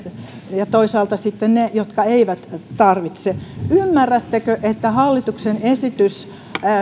ja toisaalta niiden jotka eivät tarvitse ymmärrättekö että hallituksen esitys